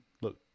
Look